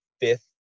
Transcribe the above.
fifth